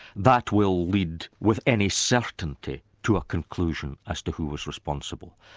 that will lead with any certainty to a conclusion as to who was responsible.